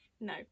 No